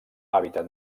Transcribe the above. hàbitat